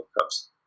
cups